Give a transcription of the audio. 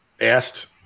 asked